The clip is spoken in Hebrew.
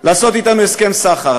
לעשות אתנו הסכם סחר?